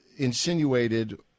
insinuated